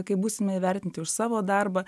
kai būsime įvertinti už savo darbą